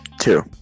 Two